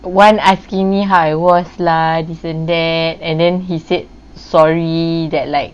one asking me how I was lah this and that and then he said sorry that like